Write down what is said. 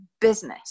business